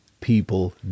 people